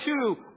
two